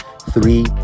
Three